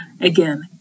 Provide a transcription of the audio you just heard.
Again